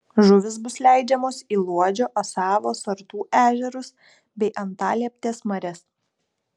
žuvys bus leidžiamos į luodžio asavo sartų ežerus bei antalieptės marias